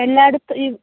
എല്ലായിടത്തും ഈ